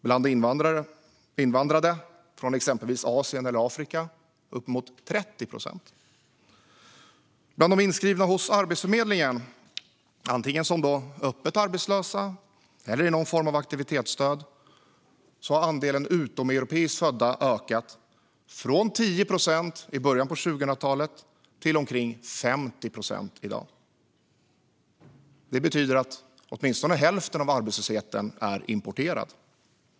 Bland invandrade från exempelvis Asien eller Afrika är arbetslösheten uppemot 30 procent. Bland de inskrivna hos Arbetsförmedlingen, som antingen är öppet arbetslösa eller har någon form av aktivitetsstöd, har andelen födda utanför Europa ökat från 10 procent i början av 2000-talet till omkring 50 procent i dag. Det betyder att åtminstone hälften av arbetslösheten är importerad.